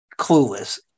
clueless